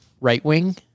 right-wing